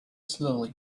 slowly